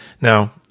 Now